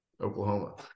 Oklahoma